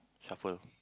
shuffle